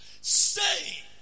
Say